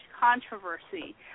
controversy